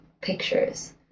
pictures